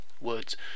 Words